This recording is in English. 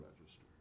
register